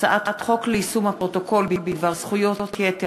הצעת חוק ליישום הפרוטוקול בדבר זכויות יתר